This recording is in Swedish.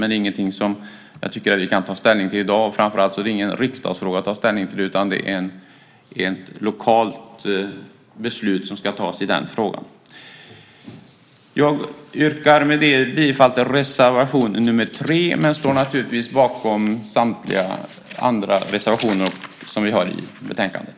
Det är ingenting som vi kan ta ställning till i dag, och det är framför allt inte någon riksdagsfråga. Det är ett lokalt beslut som ska tas i den frågan. Jag yrkar med det bifall till reservation nr 3, men står naturligtvis bakom samtliga andra reservationer som vi har i betänkandet.